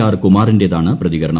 R കുമാറിന്റേതാണ് പ്രതികരണം